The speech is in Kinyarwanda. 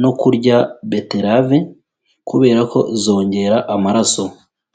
no kurya beterave kubera ko zongera amaraso.